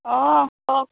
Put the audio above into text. অ কওক